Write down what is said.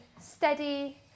steady